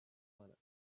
planet